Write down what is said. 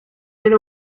era